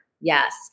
Yes